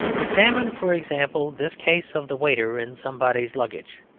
examine for example this case of the waiter in somebody's luggage.